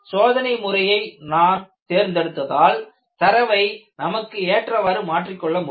சோதனை முறையை நான் தேர்ந்தெடுத்தால் தரவை நமக்கு ஏற்றவாறு மாற்றிக் கொள்ள முடியும்